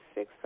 Six